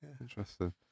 Interesting